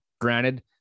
Granted